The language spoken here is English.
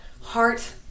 Heart